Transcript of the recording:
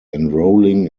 enrolling